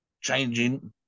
changing